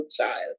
child